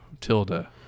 Tilda